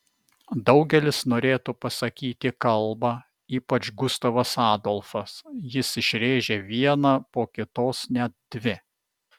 daugelis norėtų pasakyti kalbą ypač gustavas adolfas jis išrėžia vieną po kitos net dvi